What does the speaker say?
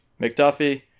McDuffie